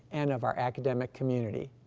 and of our academic community.